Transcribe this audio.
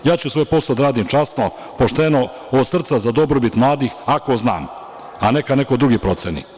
Ja ću svoj posao da radim časno, pošteno, od srca, za dobrobit mladih, ako znam, a neka neko drugi proceni.